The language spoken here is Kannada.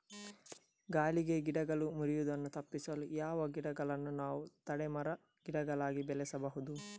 ಗಾಳಿಗೆ ಗಿಡಗಳು ಮುರಿಯುದನ್ನು ತಪಿಸಲು ಯಾವ ಗಿಡಗಳನ್ನು ನಾವು ತಡೆ ಮರ, ಗಿಡಗಳಾಗಿ ಬೆಳಸಬಹುದು?